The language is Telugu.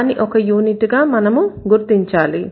దాన్ని ఒక యూనిట్ గా మనము గుర్తించాలి